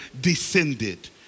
descended